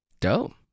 Dope